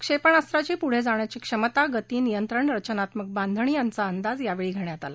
क्षेपणास्त्राची पुढे जाण्याची क्षमता गती नियंत्रण त्याची रचनात्मक बांधणी याचा अंदाज यावेळी घेण्यात आला